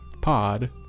Pod